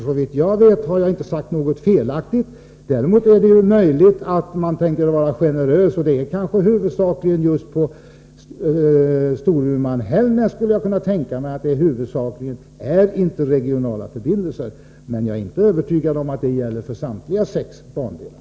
Såvitt jag vet har jag inte sagt något felaktigt. Däremot är det ju möjligt att man tänker vara generös. På sträckan Storuman-Hällnäs skulle jag kunna tänka mig att det huvudsakligen är interregionala förbindelser, men jag är inte övertygad om att det gäller för samtliga sex bandelar.